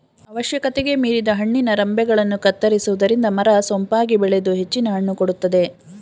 ಅವಶ್ಯಕತೆಗೆ ಮೀರಿದ ಹಣ್ಣಿನ ರಂಬೆಗಳನ್ನು ಕತ್ತರಿಸುವುದರಿಂದ ಮರ ಸೊಂಪಾಗಿ ಬೆಳೆದು ಹೆಚ್ಚಿನ ಹಣ್ಣು ಕೊಡುತ್ತದೆ